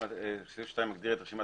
סעיף 2 מגדיר את רשימת